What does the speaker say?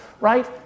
right